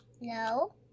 No